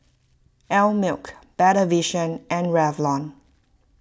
Einmilk Better Vision and Revlon